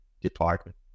department